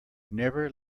never